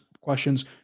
questions